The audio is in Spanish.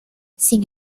sin